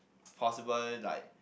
possible like